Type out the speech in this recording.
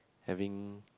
having